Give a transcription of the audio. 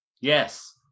Yes